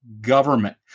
government